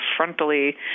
frontally